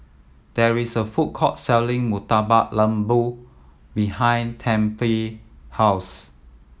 there is a food court selling Murtabak Lembu behind Tempie house